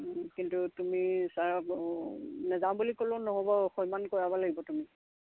কিন্তু তুমি ছাৰ নাযাওঁ বুলি ক'লেও নহ'ব সৈমান কৰাব লাগিব তুমি